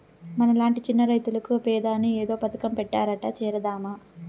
మనలాంటి చిన్న రైతులకు పెదాని ఏదో పథకం పెట్టారట చేరదామా